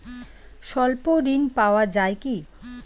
স্বল্প ঋণ পাওয়া য়ায় কি?